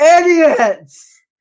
idiots